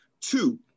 Two